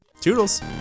Toodles